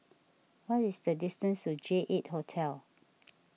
what is the distance to J eight Hotel